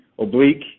oblique